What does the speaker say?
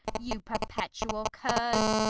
you perpetual curs,